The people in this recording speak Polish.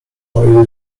moje